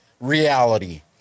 reality